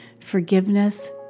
forgiveness